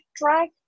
drag